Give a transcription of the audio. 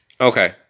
Okay